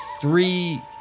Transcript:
three